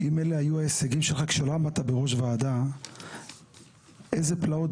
ם אלה היו ההישגים שלך כשלא עמדת בראש ועדה איזה פלאות,